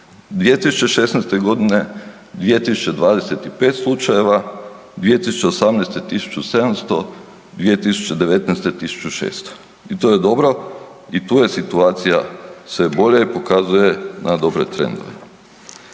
2016. godine 2025 slučajeva, 2018. 1700, 2019. 1600 i to je dobro i tu je situacija sve bolja i pokazuje na dobre trendove.